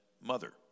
mother